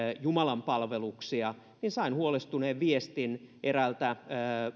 jumalanpalveluksia niin sain huolestuneen viestin eräältä